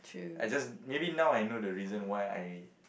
I just maybe now I know the reason why I